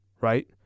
right